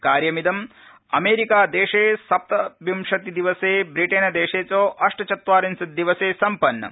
कार्यमिदम अमरीकादेशे सप्तविंशति दिवसे ब्रिटेनदेशे च अष्टचत्वारिशत दिवसे सम्पन्नम्